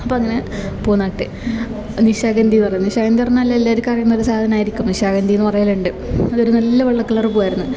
അപ്പോൾ അങ്ങനെ പൂ നട്ട് നിശാഗന്ധി പറയുന്നത് നിശാഗന്ധി പറഞ്ഞാൽ എല്ലാവർക്കും അറിയുന്ന സാധനായിരിക്കും നിശാഗന്ധിന്ന് പറയലുണ്ട് അത് നല്ലൊരു വെള്ള കളറ് പൂവായിരുന്ന്